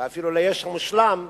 ואפילו ליש מושלם,